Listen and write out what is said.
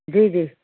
जी जी